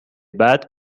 بعد